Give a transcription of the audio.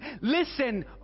Listen